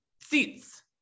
seats